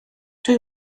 dwi